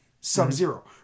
sub-zero